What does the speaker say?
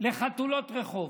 לחתולות רחוב.